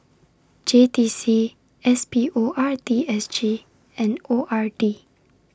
J T C S P O R T S G and O R D